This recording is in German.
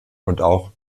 auch